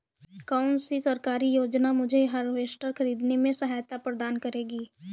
कौन सी सरकारी योजना मुझे हार्वेस्टर ख़रीदने में सहायता प्रदान करेगी?